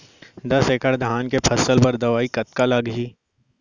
दस एकड़ धान के फसल बर दवई कतका लागही?